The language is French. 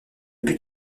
but